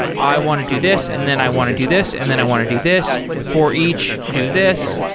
i want to do this, and then i want to do this, and then i want to do this. for each, do this.